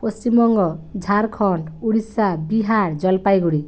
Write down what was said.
Paschimbanga Jharkhand Orissa Bihar Jalpaiguri